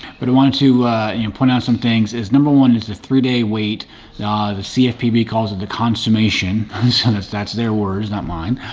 but i wanted to and point out some things is number one is a three day wait. the cfpb calls it the consummation sentence, that's their words, not mine.